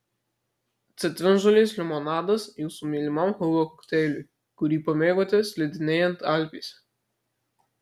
citrinžolės limonadas jūsų mylimam hugo kokteiliui kurį pamėgote slidinėjant alpėse